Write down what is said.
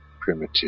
primitive